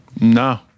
No